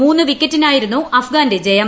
മൂന്ന് വിക്കറ്റിനായിരുന്നു അഫ്ഗാന്റെ ജയം